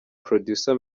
producer